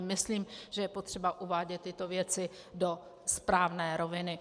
Myslím, že je potřeba uvádět tyto věci do správné roviny.